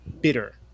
bitter